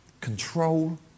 control